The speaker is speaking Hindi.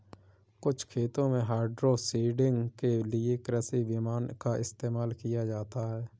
कुछ खेतों में हाइड्रोसीडिंग के लिए कृषि विमान का इस्तेमाल किया जाता है